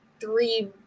three